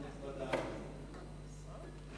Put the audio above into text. אומרים: